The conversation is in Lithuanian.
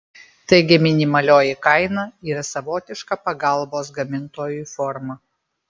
taigi minimalioji kaina yra savotiška pagalbos gamintojui forma